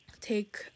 take